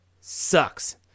sucks